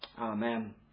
Amen